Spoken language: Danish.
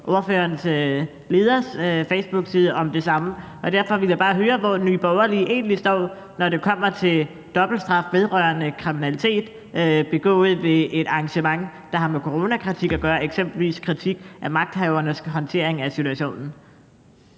partileders facebookside, om det samme. Derfor vil jeg bare høre, hvor Nye Borgerlige egentlig står, når det kommer til dobbeltstraf vedrørende kriminalitet begået ved et arrangement, der har med coronakritik at gøre, eksempelvis kritik af magthavernes håndtering af situationen.